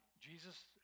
Jesus